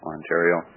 Ontario